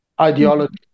ideology